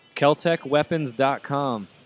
KeltechWeapons.com